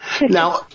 Now